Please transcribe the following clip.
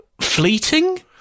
fleeting